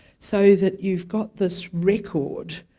so that you've got this record